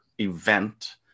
event